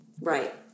Right